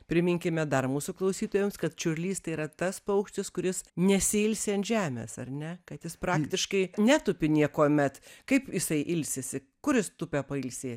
priminkime dar mūsų klausytojams kad čiurlys tai yra tas paukštis kuris nesiilsi ant žemės ar ne kad jis praktiškai netupi niekuomet kaip jisai ilsisi kur jis tupia pailsėti